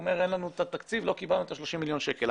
והוא אומר אין לנו את התקציב לא קיבלנו את השלושים מיליון שקל.